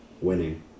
winning